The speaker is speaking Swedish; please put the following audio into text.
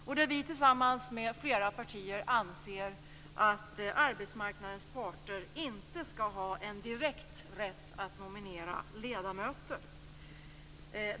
Vi anser tillsammans med flera partier att arbetsmarknadens parter inte skall ha en direkt rätt att nominera ledamöter.